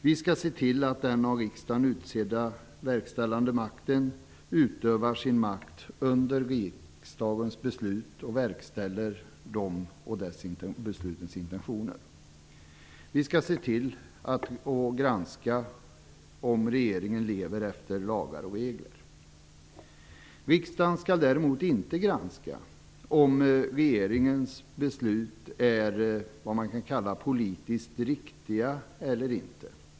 Vi skall se till att den av riksdagen utsedda verkställande makten utövar sin makt under riksdagens beslut och verkställer dessa och deras intentioner. Vi skall granska om regeringen lever efter lagar och regler. Riksdagen skall däremot inte granska om regeringens beslut är vad man kan kalla politiskt riktiga eller inte.